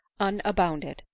unabounded